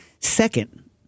Second